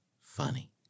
Funny